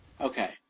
okay